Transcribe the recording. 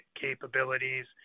capabilities